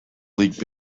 league